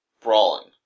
Brawling